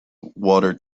water